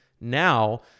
now